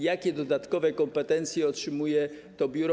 Jakie dodatkowe kompetencje otrzymuje biuro?